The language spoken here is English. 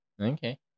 Okay